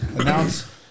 announce